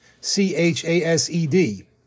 C-H-A-S-E-D